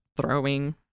throwing